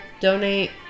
Donate